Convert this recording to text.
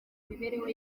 imibereho